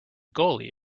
goalie